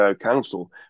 Council